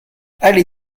allée